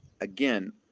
Again